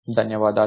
ధన్యవాదాలు